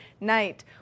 night